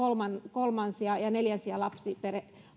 kolmansia ja neljänsiä